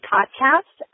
Podcast